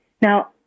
Now